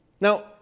Now